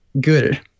good